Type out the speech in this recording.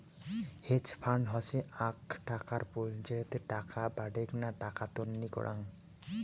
hedge fund হসে আক টাকার পুল যেটোতে টাকা বাডেনগ্না টাকা তন্নি করাং